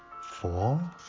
Four